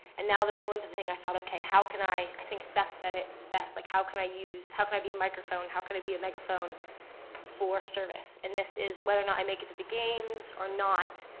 and now this olympic thing, i thought, okay, how can i i think seth said it best like how can i use, how can i be a microphone, how can i be a megaphone for service? and this is whether or not i make it to the games or not.